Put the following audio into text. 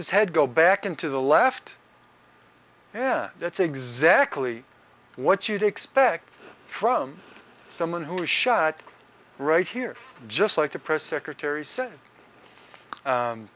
his head go back into the left hand that's exactly what you'd expect from someone who was shot right here just like the press secretary said